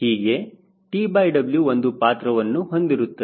ಹೀಗೆ TW ಒಂದು ಪಾತ್ರವನ್ನು ಹೊಂದಿರುತ್ತದೆ